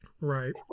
Right